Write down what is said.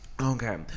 Okay